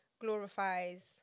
glorifies